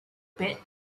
bit